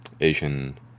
Asian